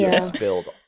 spilled